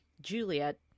Juliet